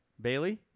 Bailey